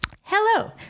Hello